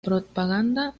propaganda